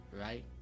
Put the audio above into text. right